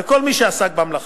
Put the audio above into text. ולכל מי שעסק במלאכה.